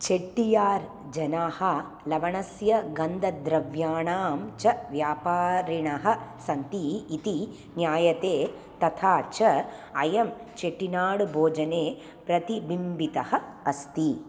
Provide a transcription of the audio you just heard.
चेट्टियार् जनाः लवणस्य गन्धद्रव्याणां च व्यापारिणः सन्ति इति ज्ञायते तथा च अयं चेट्टिनाड् भोजने प्रतिबिम्बितः अस्ति